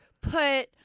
put